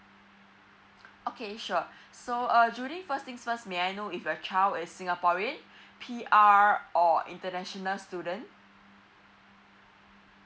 okay sure so uh judy first things first may I know if your child is singaporean P_R or international student